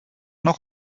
noch